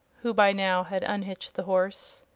who by now had unhitched the horse.